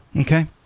Okay